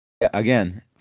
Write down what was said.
again